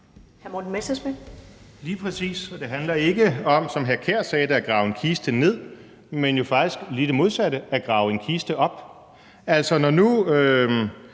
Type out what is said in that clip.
Morten Messerschmidt (DF): Lige præcis, og det handler ikke om, som hr. Kasper Sand Kjær sagde, at grave en kiste ned, men jo faktisk om lige det modsatte, nemlig at grave en kiste op. Altså, når nu